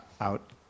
out